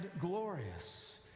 glorious